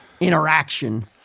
interaction